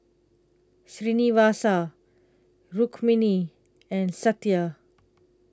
Srinivasa Rukmini and Satya